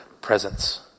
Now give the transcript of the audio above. presence